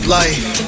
life